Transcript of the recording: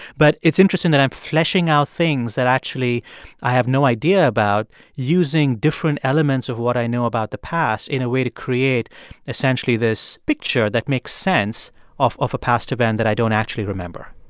but it's interesting that i'm fleshing out things that actually i have no idea about using different elements of what i know about the past, in a way, to create essentially this picture that makes sense of a past event that i don't actually remember